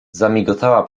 zamigotała